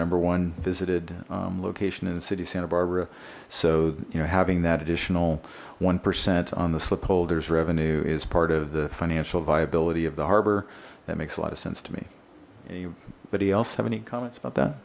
number one visited location in the city of santa barbara so you know having that additional one percent on the slip holders revenue is part of the financial viability of the harbor that makes a lot of sense to me anybody else have any comments about that